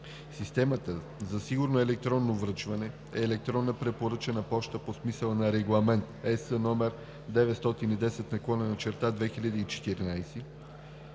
„Система за сигурно електронно връчване“ е електронна препоръчана поща по смисъла на Регламент (ЕС) № 910/2014